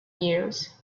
years